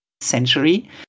century